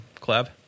collab